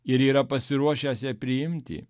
ir yra pasiruošęs ją priimti